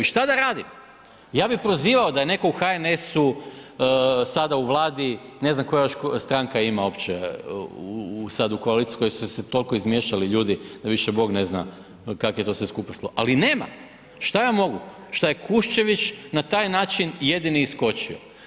I šta da radim, ja bi prozivao da je netko u HNS-u sada u vladi, ne znam koja još stranka ima opće, sad u koalicijskoj su se toliko izmiješali ljudi da više Bog ne zna kako je to sve skupa složeno, ali nema, šta ja mogu šta je Kuščević na taj način jedini iskočio.